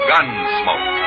Gunsmoke